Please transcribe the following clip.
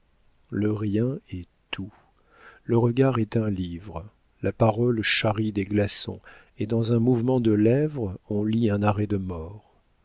le rien est tout le regard est un livre la parole charrie des glaçons et dans un mouvement de lèvres on lit un arrêt de mort